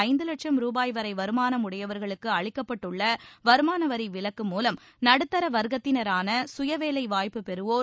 ஐந்து லட்சம் ரூபாய் வரை வருமானம் உடையவர்களுக்கு அளிக்கப்பட்டுள்ள வருமானவரி விலக்கு மூலம் நடுத்தர வர்க்கத்தினரான சுயவேலை வாய்ப்பு பெறவோர்